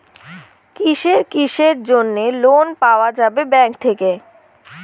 কিসের কিসের জন্যে লোন পাওয়া যাবে ব্যাংক থাকি?